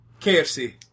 KFC